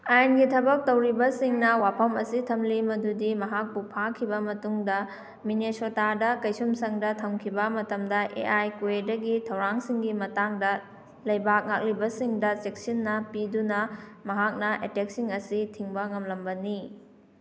ꯑꯥꯏꯟꯒꯤ ꯊꯕꯛ ꯇꯧꯔꯤꯕꯁꯤꯡꯅ ꯋꯥꯐꯝ ꯑꯁꯤ ꯊꯝꯂꯤ ꯃꯗꯨꯗꯤ ꯃꯍꯥꯛꯄꯨ ꯐꯥꯈꯤꯕ ꯃꯇꯨꯡꯗ ꯃꯤꯅꯦꯁꯥꯇꯥꯗ ꯀꯩꯁꯨꯝ ꯁꯪꯗ ꯊꯝꯈꯤꯕ ꯃꯇꯝꯗ ꯑꯦꯑꯥꯏ ꯀ꯭ꯋꯦꯗꯒꯤ ꯊꯧꯔꯥꯡꯁꯤꯡꯒꯤ ꯃꯇꯥꯡꯗ ꯂꯩꯕꯥꯛ ꯉꯥꯛꯂꯤꯕꯁꯤꯡꯗ ꯆꯦꯛꯁꯤꯟꯅ ꯄꯤꯗꯨꯅ ꯃꯍꯥꯛꯅ ꯑꯦꯇꯦꯛꯁꯤꯡ ꯑꯁꯤ ꯊꯤꯡꯕ ꯉꯝꯂꯝꯕꯅꯤ